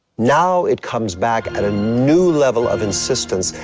now it comes back at a new level of insistence,